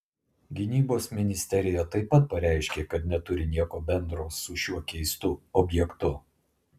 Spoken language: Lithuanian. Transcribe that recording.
gynybos ministerija taip pat pareiškė kad neturi nieko bendro su šiuo keistu objektu